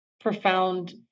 profound